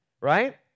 right